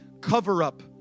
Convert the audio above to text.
cover-up